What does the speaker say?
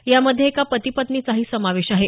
यामध्ये एका पती पत्नीचाही समावेश आहे